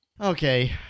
Okay